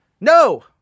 no